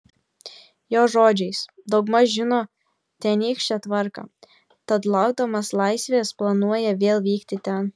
jo žodžiais daugmaž žino tenykštę tvarką tad laukdamas laisvės planuoja vėl vykti ten